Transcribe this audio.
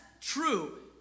true